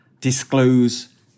disclose